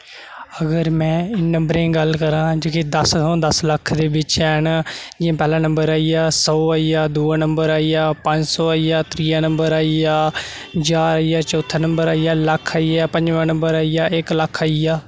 अगर मैं नम्बरें दी गल्ल करां जेह्के दस थमां दस लक्ख दे बिच्च हैन जि'यां पैह्ला नम्बर आई गेआ सौ आई गेआ दूआ नम्बर आई गेआ पंज सौ आई गेआ त्रीआ नम्बर आई गेआ ज्हार आई गेआ चौथा नम्बर आई गेआ लक्ख आई गेआ पंजमे नम्बर आई गेआ इक लक्ख आई गेआ